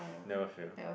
never fail